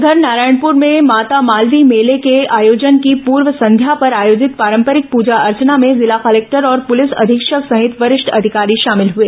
उधर नारायणपुर में माता मावली मेला के आयोजन की पूर्व संध्या पर आयोजित पांरपरिक पूजा अर्चना में जिला कलेक्टर और पुलिस अधीक्षक सहित वरिष्ठ अधिकारी शामिल हुए